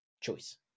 choice